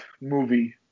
movie